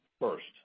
First